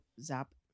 zap